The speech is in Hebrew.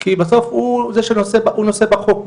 כי בסוף הוא נושא בחוק,